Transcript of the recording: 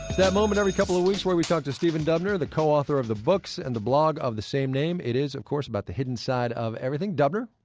that moment every couple of weeks where we talk to stephen dubner, the co-author of the books and the blog of the same name. it is, of course, about the hidden side of everything. dubner,